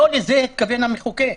לא לזה התכוון המחוקק.